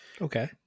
Okay